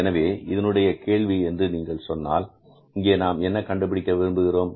எனவே இதனுடைய கேள்வி என்று நீங்கள் சொன்னால் இங்கே நாம் என்ன கண்டுபிடிக்க விரும்புகிறோம்